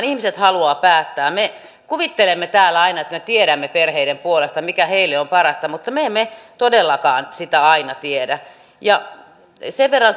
ihmiset haluavat päättää me kuvittelemme täällä aina että me tiedämme perheiden puolesta mikä heille on parasta mutta me emme todellakaan sitä aina tiedä sen verran